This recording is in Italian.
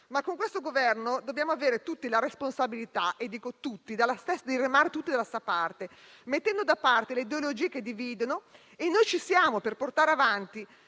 ma in questo Governo dobbiamo avere tutti la responsabilità - e dico tutti - di remare dalla stessa parte, mettendo da parte le ideologie che dividono. Noi ci siamo, per portare avanti